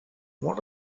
what